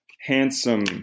handsome